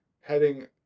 heading